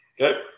Okay